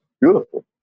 beautiful